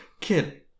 Kid